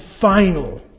final